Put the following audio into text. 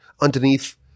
underneath